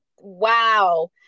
Wow